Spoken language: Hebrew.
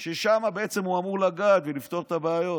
ששם בעצם הוא אמור לגעת ולפתור את הבעיות.